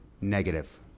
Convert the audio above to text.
Negative